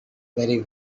very